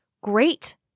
great